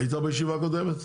היית בישיבה הקודמת?